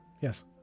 yes